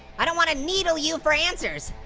i don't wanna needle you for answers.